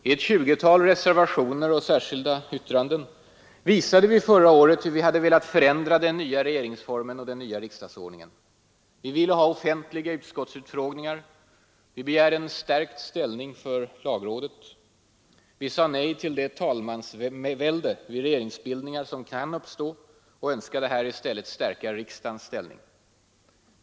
I ett tjugotal reservationer och särskilda yttranden visade vi förra året hur vi hade velat förändra den nya regeringsformen och den nya riksdagsordningen. Vi ville ha offentliga utskottsutfrågningar. Vi begärde en stärkt ställning för lagrådet. Vi sade nej till det talmansvälde vid regeringsbildningar som kan uppstå och önskade här i stället stärka riksdagens ställning.